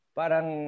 parang